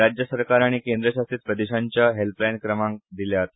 राज्य सरकार आनी केंद्र शासीत प्रदेशांच्ओ हॅल्पलायन क्रमांक दिल्यात